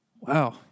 Wow